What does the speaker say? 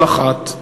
כל אחת,